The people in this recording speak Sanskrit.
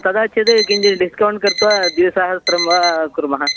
कदाचिद् किञ्चिद् डिस्कौण्ट् कृत्वा द्विसहस्रं वा कुर्मः